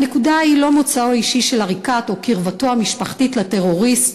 הנקודה היא לא מוצאו האישי של עריקאת או קרבתו המשפחתית לטרוריסט,